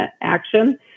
action